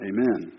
Amen